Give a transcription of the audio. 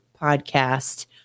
podcast